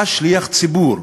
אתה שליח ציבור,